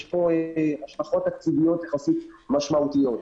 יש פה השלכות תקציביות יחסית משמעותיות.